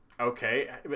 okay